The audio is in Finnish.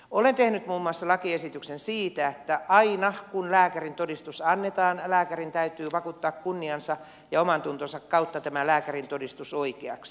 olen tehnyt muun muassa lakiesityksen siitä että aina kun lääkärintodistus annetaan lääkärin täytyy vakuuttaa kunniansa ja omantuntonsa kautta tämä lääkärintodistus oikeaksi